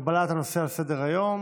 העברת הנושא שעל סדר-היום?